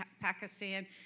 pakistan